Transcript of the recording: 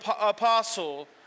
apostle